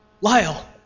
Lyle